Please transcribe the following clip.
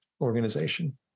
organization